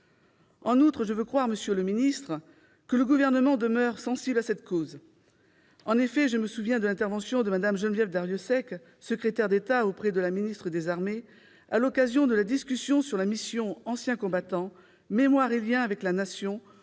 En outre, je veux croire, monsieur le secrétaire d'État, que le Gouvernement demeure sensible à cette cause. En effet, je me souviens de l'intervention de Mme Geneviève Darrieussecq, secrétaire d'État auprès de la ministre des armées, à l'occasion de la discussion de la mission « Anciens combattants, mémoire et liens avec la Nation »